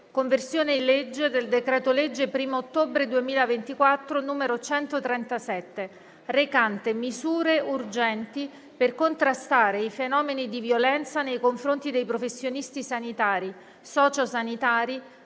«Conversione in legge del decreto-legge 1° ottobre 2024, n. 137, recante misure urgenti per contrastare i fenomeni di violenza nei confronti dei professionisti sanitari, socio-sanitari,